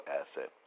asset